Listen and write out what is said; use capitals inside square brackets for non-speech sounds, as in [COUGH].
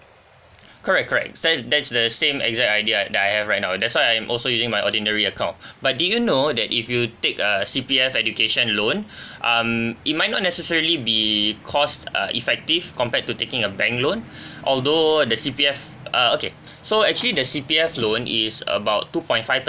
correct correct said that's the same exact idea that I have right now that's why I'm also using my ordinary account but do you know that if you take a C_P_F education loan [BREATH] um it might not necessarily be cost uh effective compared to taking a bank loan [BREATH] although the C_P_F uh okay so actually the C_P_F loan is about two point five